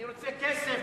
אני רוצה כסף.